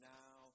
now